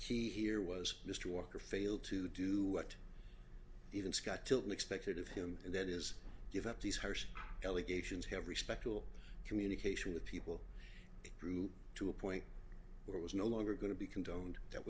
key here was mr walker failed to do what even scott tilton expected of him and that is give up these harsh delegations have respectable communication with people through to a point where it was no longer going to be condoned that